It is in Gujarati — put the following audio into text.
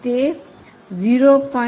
તે 0